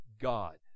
God